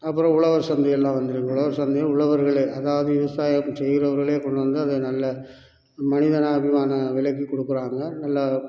அப்புறம் உழவர் சந்தையெல்லாம் வந்துடும் உழவர் சந்தையில் உழவர்கள் அதாவது விவசாயம் செய்கிறவர்களே கொண்டு வந்து அதை நல்ல மனிதானாபிமான விலைக்கு கொடுக்கறாங்க நல்ல